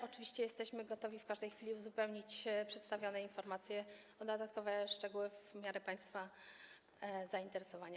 Oczywiście jesteśmy gotowi w każdej chwili uzupełnić przedstawione informacje o dodatkowe szczegóły w miarę państwa zainteresowania.